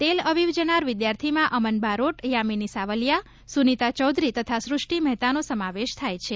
તેલ અવિવ જનાર વિદ્યાર્થીમાં અમન બારોટ યામિની સાવલિયા સુનિત ચૌધરી તથા સૃષ્ટિ મહેતાનો સમાવેશ થાય છે